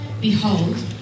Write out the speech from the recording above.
behold